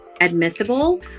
admissible